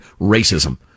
racism